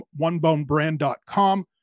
onebonebrand.com